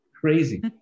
crazy